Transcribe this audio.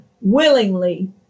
willingly